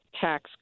tax